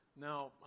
Now